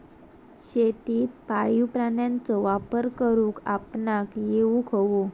शेतीत पाळीव प्राण्यांचो वापर करुक आपणाक येउक हवो